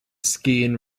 skiing